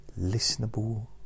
listenable